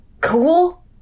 Cool